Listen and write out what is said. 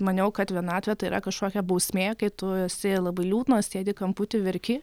maniau kad vienatvė tai yra kažkokia bausmė kai tu esi labai liūdnas sėdi kamputy verki